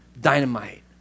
dynamite